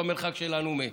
במרחק שלנו משם.